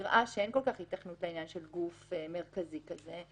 שנראה שאין כל כך היתכנות לעניין של גוף מרכזי כזה,